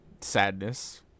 Sadness